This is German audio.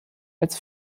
als